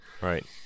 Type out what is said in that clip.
Right